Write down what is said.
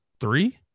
Three